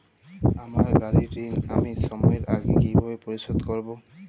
আমার গাড়ির ঋণ আমি সময়ের আগে কিভাবে পরিশোধ করবো?